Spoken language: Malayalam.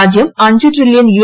രാജ്യം അഞ്ച് ട്രില്യൻ യു